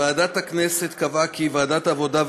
ועדת הכנסת קבעה כי ועדת העבודה,